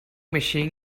machine